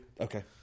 okay